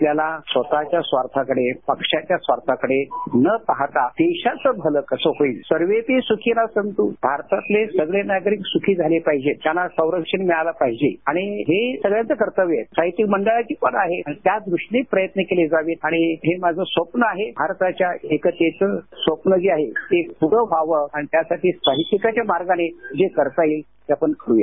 आपल्याला स्वतःच्या स्वार्थाकडे पक्षाच्या स्वार्थाकडे न पाहता देशाचं भलं कसं होईल सर्वेपि सुखिनः सन्तू भारतातले सगळे नागरिक सुखी झाले पाहिजेत त्यांना संरक्षण मिळालं पाहिजे आणि हे सगळ्याचं कर्तव्य आहे साहित्यिक मंडळाची पद आहेत आणि त्या दृष्टीनी प्रयत्न केले जावेत आणि हे माझं स्वप्न आहे भारताच्या एकतेचं स्वप्न जे आहे ते पुरं व्हावं आणि त्यासाठी साहित्याच्या मार्गांनी जे करता येईल ते आपण करू या